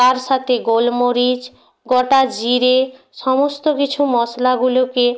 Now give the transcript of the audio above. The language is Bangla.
তার সাথে গোলমরিচ গোটা জিরে সমস্ত কিছু মশলাগুলোকে